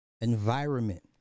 environment